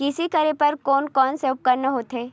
कृषि करेबर कोन कौन से उपकरण होथे?